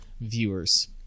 viewers